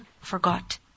forgot